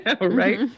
right